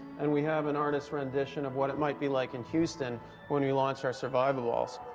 and we have an artist's rendition of what it might be like in houston when we launch our survivaballs.